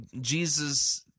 Jesus